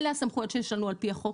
אלה הסמכויות שיש לנו על פי החוק,